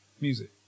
music